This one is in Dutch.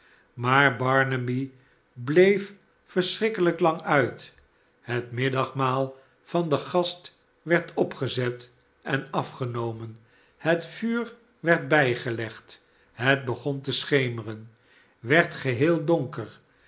maar barnaby bleef verschrikkelijk lang uit het middagmaal van den east werd opgezet en afgenomen het vuur werd bijgelegd het begon te schemeren werd geheel donker